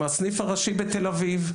מהסניף הראשי בתל אביב.